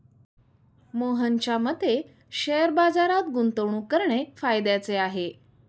मोहनच्या मते शेअर बाजारात गुंतवणूक करणे फायद्याचे आहे